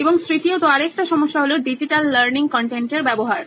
এবং তৃতীয়ত আরেকটা সমস্যা হল ডিজিটাল লার্নিং কন্টেন্টের ব্যবহার